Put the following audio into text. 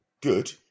good